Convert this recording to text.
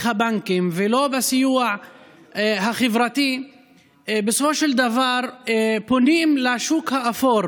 הבנקים ולא בסיוע החברתי בסופו של דבר פונים לשוק האפור,